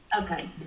Okay